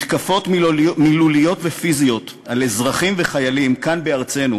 מתקפות מילוליות ופיזיות על אזרחים וחיילים כאן בארצנו,